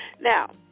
Now